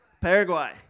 Paraguay